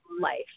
life